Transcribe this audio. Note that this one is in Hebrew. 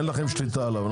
אין לכם שליטה עליו.